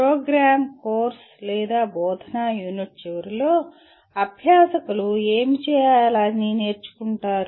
programme course లేదా బోధనా unit చివరిలో అభ్యాసకులు ఏమి చేయాలని నేర్చుకుంటారు